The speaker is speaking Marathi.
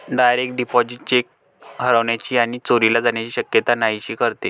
डायरेक्ट डिपॉझिट चेक हरवण्याची आणि चोरीला जाण्याची शक्यता नाहीशी करते